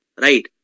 Right